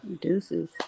deuces